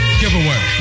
giveaway